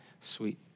Sweet